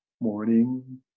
morning